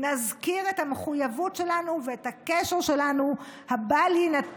נזכיר את המחויבות שלנו ואת הקשר שלנו הבל-יינתק